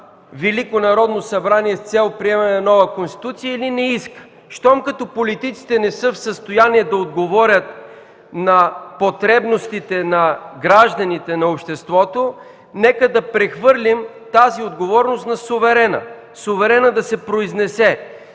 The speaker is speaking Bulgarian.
Велико Народно събрание с цел приемане на нова Конституция или не иска. Щом като политиците не са в състояние да отговорят на потребностите на гражданите, на обществото, нека да прехвърлим тази отговорност на суверена – суверенът да се произнесе